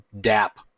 DAP